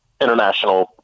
international